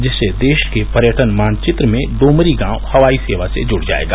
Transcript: जिससे देश के पर्यटन मानचित्र में डोमरी गांव हवाई सेवा से जुड़ जायेगा